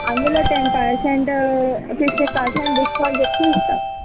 అందులో ten percent sixty percent discount చెప్పి ఇస్తాం